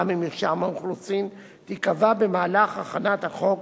ממרשם האוכלוסין תיקבע במהלך הכנת החוק